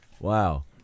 Wow